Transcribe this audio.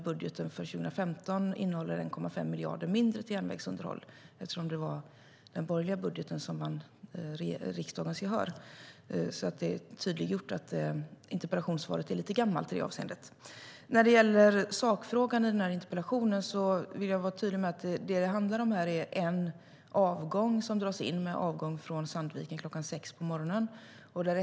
Budgeten för 2015 innehåller 1,5 miljarder mindre till järnvägsinnehåll eftersom det var den borgerliga budgeten som vann riksdagens gehör. Därmed är det tydliggjort att interpellationssvaret är lite gammalt i detta avseende. När det gäller sakfrågan i interpellationen vill jag vara tydlig med att vad det handlar om är en avgång som dras in - avgången från Sandviken klockan sex på morgonen.